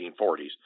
1940s